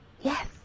yes